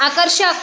आकर्षक